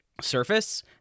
surface